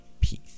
Peace